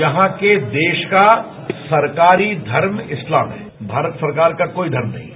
जहां के देश का सरकारी धर्म इस्लाम में भारत सरकार का कोई धर्म नहीं है